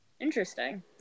Interesting